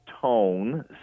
tone